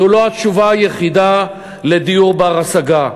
זו לא התשובה היחידה לדיור בר-השגה,